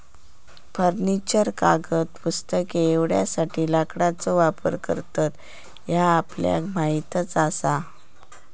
furniture, कागद, पुस्तके एवढ्यासाठी लाकडाचो वापर करतत ह्या आपल्याक माहीतच आसा